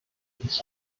ich